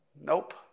Nope